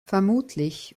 vermutlich